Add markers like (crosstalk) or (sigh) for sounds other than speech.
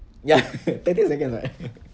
ya (laughs) twenty seconds right